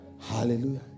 hallelujah